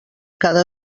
cada